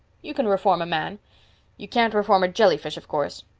you can reform a man you can't reform a jelly-fish, of course.